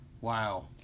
Wow